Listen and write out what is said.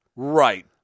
Right